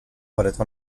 relatant